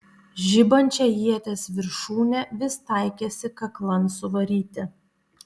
žibančią ieties viršūnę vis taikėsi kaklan suvaryti